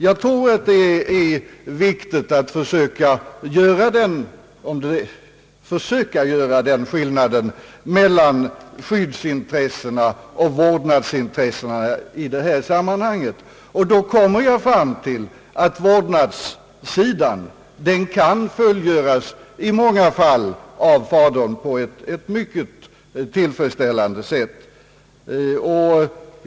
Jag tror att det är viktigt att försöka göra skillnad mellan skyddsintressena och vårdnadsintressena i det här sammanhanget. Jag för min del kommer då fram till att vårdnaden i många fall kan fullgöras av fadern på ett mycket tillfredsställande sätt.